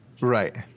Right